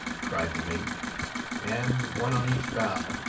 cried the mate and, one on each bow,